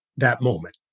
that moment,